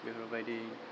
बेफोरबायदि